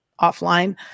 offline